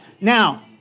Now